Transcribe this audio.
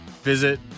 Visit